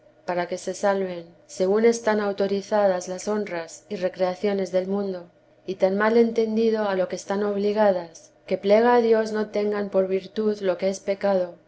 para que se salven según están autorizadas las honras y recreaciones del mundo y tan mal entendido a lo que están obligadas que plega a dios no tengan por virtud lo que es pecado